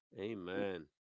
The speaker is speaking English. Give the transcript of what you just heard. Amen